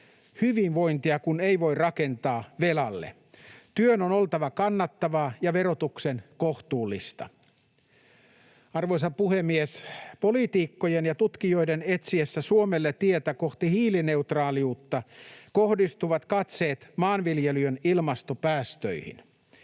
hyvinvointia kun ei voi rakentaa velalle. Työn on oltava kannattavaa ja verotuksen kohtuullista. Arvoisa puhemies! Poliitikkojen ja tutkijoiden etsiessä Suomelle tietä kohti hiilineutraaliutta kohdistuvat katseet maanviljelyn ilmastopäästöihin.